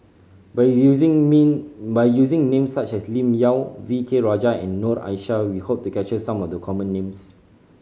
by using name by using names such as Lim Yau V K Rajah and Noor Aishah we hope to capture some of the common names